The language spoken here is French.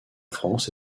france